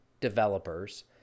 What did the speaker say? developers